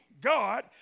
God